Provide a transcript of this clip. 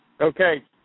Okay